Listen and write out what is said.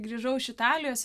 grįžau iš italijos